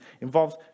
involves